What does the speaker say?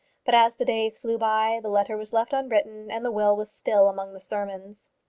but as the days flew by the letter was left unwritten, and the will was still among the sermons.